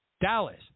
Dallas